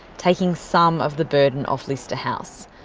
taking some of the burden off lister house.